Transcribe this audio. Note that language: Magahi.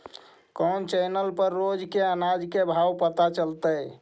कोन चैनल पर रोज के अनाज के भाव पता चलतै?